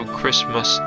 Christmas